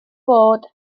bod